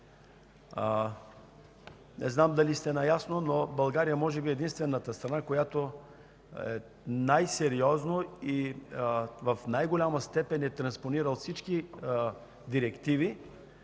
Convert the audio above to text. Не знам дали сте наясно, но България е може би единствената страна, която най-сериозно и в най-голяма степен е транспонирала всички директиви,